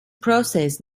process